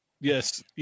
Yes